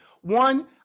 one